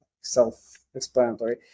self-explanatory